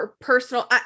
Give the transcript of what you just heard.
personal